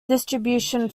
distribution